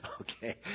Okay